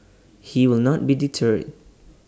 he will not be deterred